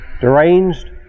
deranged